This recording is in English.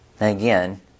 again